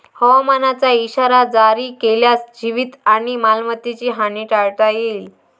हवामानाचा इशारा जारी केल्यास जीवित आणि मालमत्तेची हानी टाळता येईल